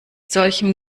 solchem